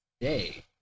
today